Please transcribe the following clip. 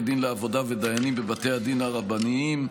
דין לעבודה ודיינים בבתי הדין הרבניים.